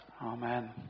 Amen